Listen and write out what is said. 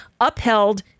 upheld